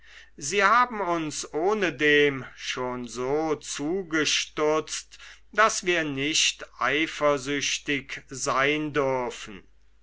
sie haben uns ohnedem schon so zugestutzt daß wir eifersüchtig sein dürfen